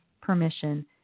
permission